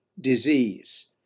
disease